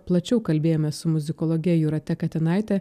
plačiau kalbėjomės su muzikologe jūrate katinaite